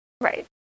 Right